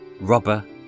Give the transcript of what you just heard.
robber